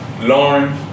Lauren